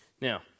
Now